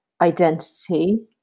identity